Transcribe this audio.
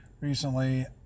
recently